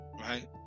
Right